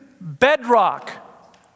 bedrock